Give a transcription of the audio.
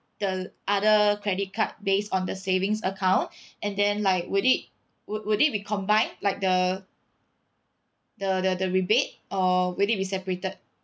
the other credit card based on the savings account and then like would it would would it be combined like the the the the rebate or would it be separated